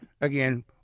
again